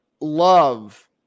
love